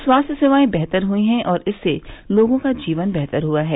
स्वास्थ्य सेवाएं बेहतर हुई हैं और इससे लोगों का जीवन बेहतर हुआ है